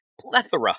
plethora